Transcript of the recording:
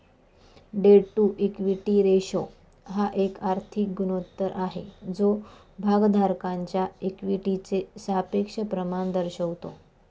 date to equity ratio हा एक आर्थिक गुणोत्तर आहे जो भागधारकांच्या इक्विटीचे सापेक्ष प्रमाण दर्शवतो